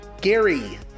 Gary